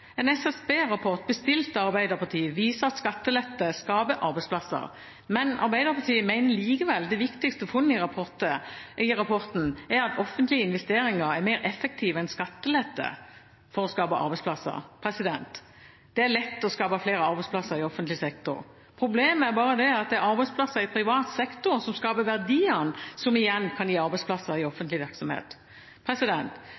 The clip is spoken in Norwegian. En SSB-rapport bestilt av Arbeiderpartiet viser at skattelette skaper arbeidsplasser, men Arbeiderpartiet mener likevel det viktigste funnet i rapporten er at offentlige investeringer er mer effektivt enn skattelette for å skape arbeidsplasser. Det er lett å skape flere arbeidsplasser i offentlig sektor. Problemet er bare det at det er arbeidsplasser i privat sektor som skaper verdiene, som igjen kan gi arbeidsplasser i